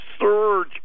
surge